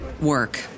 work